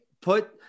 put